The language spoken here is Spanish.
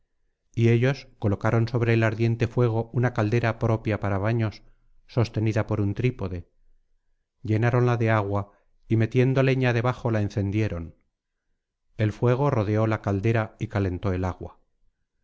y ellos colocaron sobre el ardiente fuego una caldera propia para baños sostenida por un trípode llenáronla de agua y metiendo leña debajo la encendieron el fuego rodeó la caldera y calentó el agua